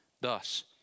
Thus